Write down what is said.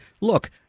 look